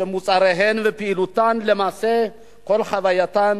שמוצריהן ופעילותן, ולמעשה כל הווייתן,